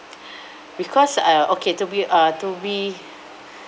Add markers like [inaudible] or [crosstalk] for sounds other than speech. [breath] because uh okay to be uh to be [breath]